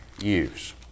use